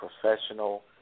professional